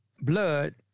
blood